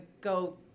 go –